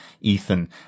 ethan